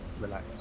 relax